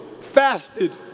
fasted